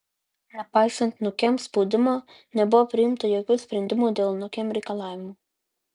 nepaisant nukem spaudimo nebuvo priimta jokių sprendimų dėl nukem reikalavimų